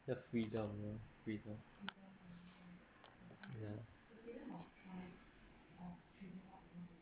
the freedom of the world freedom ya